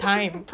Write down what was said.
ya